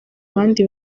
abandi